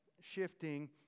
shifting